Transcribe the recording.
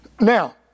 Now